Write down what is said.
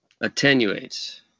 Attenuates